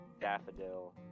Daffodil